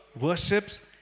worships